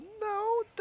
No